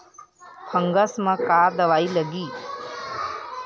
Fungus म का दवाई लगी?